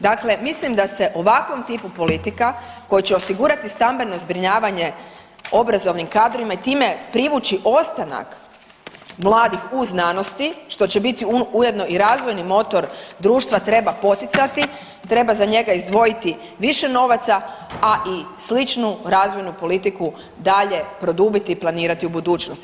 Dakle, mislim da se ovakvom tipu politika koji će osigurati stambeno zbrinjavanje obrazovnim kadrovima i time privući ostanak mladih u znanosti, što će biti ujedno i razvojni motor društva treba poticati, treba za njega izdvojiti više novaca, a i sličnu razvojnu politiku dalje produbiti i planirati u budućnosti.